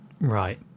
Right